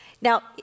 Now